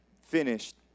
finished